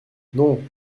non